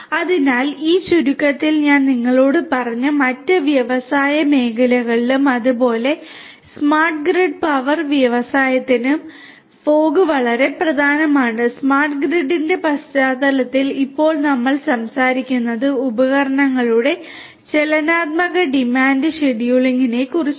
അതിനാൽ ഇത് ചുരുക്കത്തിൽ ഞാൻ നിങ്ങളോട് പറഞ്ഞ മറ്റ് വ്യവസായ മേഖലകൾക്കും അതുപോലെ സ്മാർട്ട് ഗ്രിഡ് പവർ വ്യവസായത്തിനും